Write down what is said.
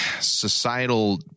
societal